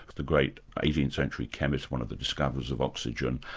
the great eighteenth century chemist, one of the discoverers of oxygen,